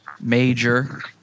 major